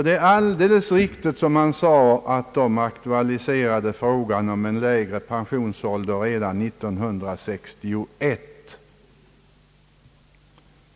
Det är alldeles riktigt, som han sade, att han ville ha en sänkning av pensionsåldern redan 1961.